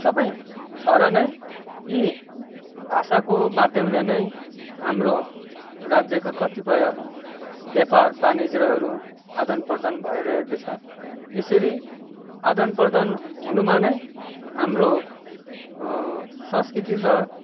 सबै छ र नै यी भाषाको माध्यमले नै हाम्रो राज्यको कतिपय व्यापार वाणिज्यहरू आदान प्रदान भइरहेको छ यसरी आदान प्रदान हुनमा नै हाम्रो संस्कृति र